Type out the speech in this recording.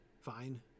Fine